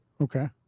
okay